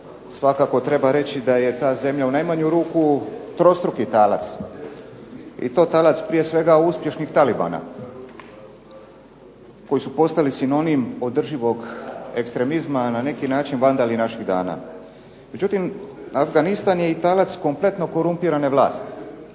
svakako treba reći da je ta zemlja u najmanju ruku trostruki talac. I to talac prije svega uspješnih Talibana koji su postali sinonim održivog ekstremizma na neki način vandali naših dana. Međutim, Afganistan je talac kompletno korumpirane vlasti